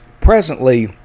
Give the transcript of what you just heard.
presently